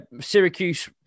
Syracuse